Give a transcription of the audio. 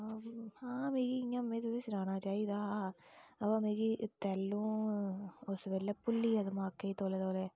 हा मिगी तुसें सनाना चाहिदा हा अवा मिगी तैलूं उस बेल्लै भुली गेआ दिमाके गी तौले तौले